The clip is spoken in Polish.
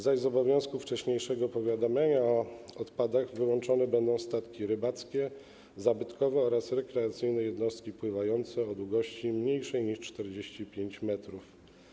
Z obowiązku wcześniejszego powiadamiania o odpadach wyłączone będą statki rybackie, zabytkowe oraz rekreacyjne jednostki pływające o długości mniejszej niż 45 m.